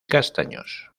castaños